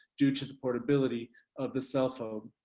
due to the portability of the cellphone.